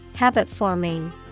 Habit-forming